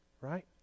right